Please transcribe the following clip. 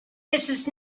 mrs